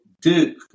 Duke